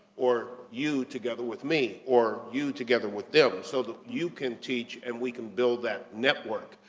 or you together with me, or you together with them. so that you can teach and we can build that network.